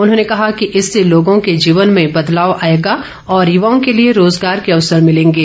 उन्होंने कहा कि इससे लोगों के जीवन में बदलाव आएगा और युवाओं के लिए रोजगार के अवसर मिलेंगे